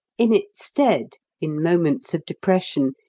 in its stead, in moments of depression,